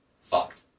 fucked